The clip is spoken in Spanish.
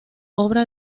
obra